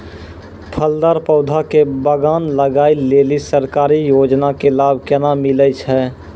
फलदार पौधा के बगान लगाय लेली सरकारी योजना के लाभ केना मिलै छै?